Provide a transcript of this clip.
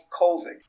COVID